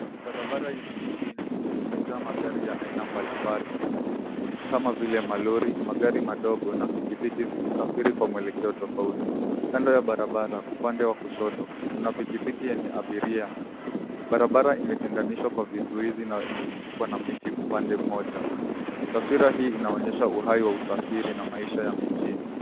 Barabara yenye shughuli nyingi imejaa magari ya aina mbalimbali kama vile, malori, magari madogo na pikipiki zikisafiri kwa mwelekeo tofauti. Kando ya barabara upande wa kushoto kuna pikipiki yenye abiria. Barabara imetenganishwa kwa vizuizi na imezungukwa na miti upande mmoja. Taswira hii inaonyesha uhai wa usafiri na maisha ya mijini.